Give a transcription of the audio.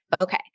Okay